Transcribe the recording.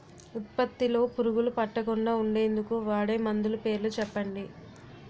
ఉత్పత్తి లొ పురుగులు పట్టకుండా ఉండేందుకు వాడే మందులు పేర్లు చెప్పండీ?